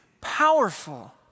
powerful